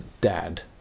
dad